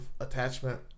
attachment